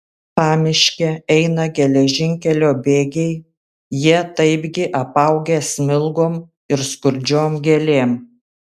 pamiške eina geležinkelio bėgiai jie taipgi apaugę smilgom ir skurdžiom gėlėm